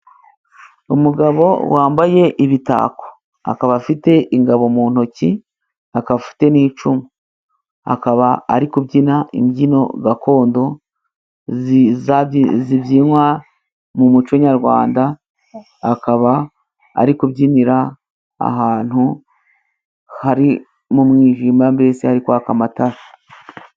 Umugabo wambaye ibitako, akaba afite ingabo mu ntoki, akaba afite n'icumu, akaba ari kubyina imbyino gakondo zibyinywa mu muco nyarwanda, akaba ari kubyinira ahantu hari mu mwijima mbese hari kwaka amatara.